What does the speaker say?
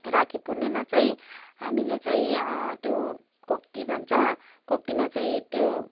राखी पुर्णिमामा चाहिँ हामीले चाहिँ त्यो कोक्ती भन्छ कोक्तीमा चाहिँ त्यो